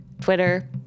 Twitter